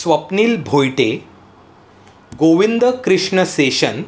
Swapnil Bhoyte Govind Krishna session